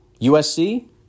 USC